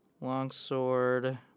Longsword